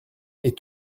est